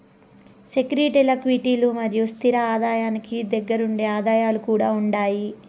సెక్యూరీల్ల క్విటీలు మరియు స్తిర ఆదాయానికి దగ్గరగుండే ఆదాయాలు కూడా ఉండాయి